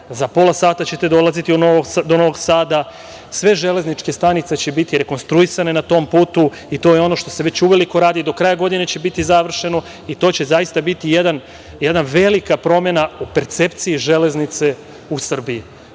Za pola sata ćete dolaziti do Novog Sada. Sve železničke stanice će biti rekonstruisane na tom putu i to je ono što se već uveliko radi. Do kraja godine će biti završeno. To će zaista biti jedna velika promena u percepciji železnice u Srbiji,